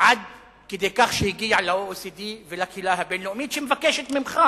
עד כדי כך שהגיע ל-OECD ולקהילה הבין-לאומית שמבקשת ממך,